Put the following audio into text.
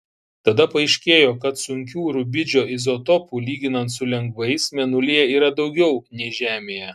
tada paaiškėjo kad sunkių rubidžio izotopų lyginant su lengvais mėnulyje yra daugiau nei žemėje